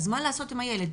אז מה צריכים לעשות עם הילד?